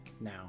now